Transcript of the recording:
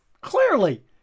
clearly